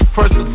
First